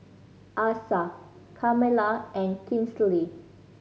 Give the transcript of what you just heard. Asa Carmela and Kinsley